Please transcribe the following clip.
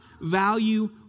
value